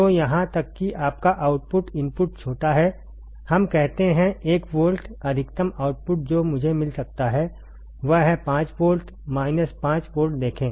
तो यहां तक कि आपका आउटपुट इनपुट छोटा है हम कहते हैं 1 वोल्ट अधिकतम आउटपुट जो मुझे मिल सकता है वह है 5 वोल्ट माइनस 5 वोल्ट देखें